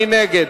מי נגד?